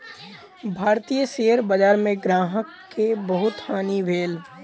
भारतीय शेयर बजार में ग्राहक के बहुत हानि भेल